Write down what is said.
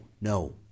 no